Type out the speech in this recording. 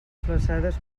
flassades